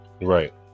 right